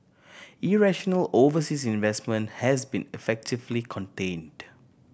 irrational overseas investment has been effectively contained